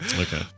Okay